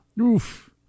Oof